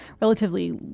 relatively